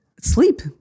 sleep